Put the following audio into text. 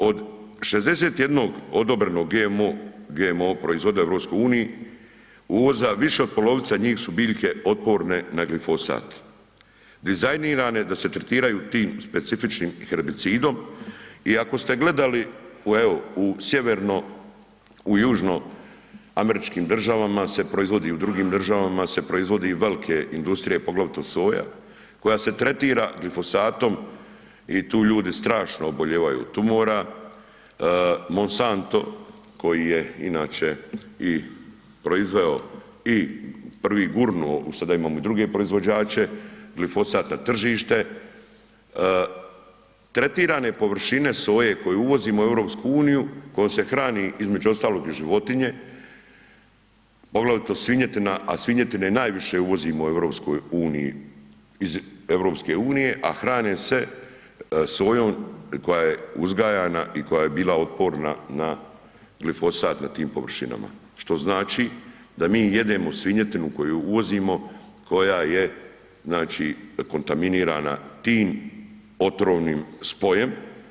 Od 61 odobrenog GMO proizvoda u EU, uvoza više od polovica njih su biljke otporne na glifosat, dizajnirane da se tretiraju tim specifičnim herbicidom i ako ste gledali u evo, u sjeverno, u južno američkim državama se proizvodi i u drugim državama se proizvodi, velike industrije poglavito soja koja se tretira glifosatom i tu ljudi strašno obolijevaju tumora Monsanto koji je inače i proizveo i prvi gurnuo u, sada imamo i druge proizvođače, glifosat na tržište, tretirane površine soje koje uvozimo u EU, kojom se hrani između ostalog i životinje, poglavito svinjetina, a svinjetine najviše uvozimo u EU, iz EU-e, a hrane se sojom koja je uzgajana i koja je bila otporna na glifosat na tim površinama, što znači da mi jedemo svinjetinu koju uvozimo koja je znači kontaminirana tim otrovnim spojem.